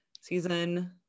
season